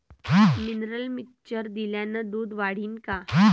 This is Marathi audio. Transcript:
मिनरल मिक्चर दिल्यानं दूध वाढीनं का?